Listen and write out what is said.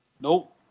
Nope